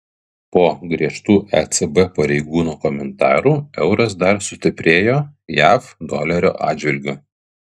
po griežtų ecb pareigūno komentarų euras dar sustiprėjo jav dolerio atžvilgiu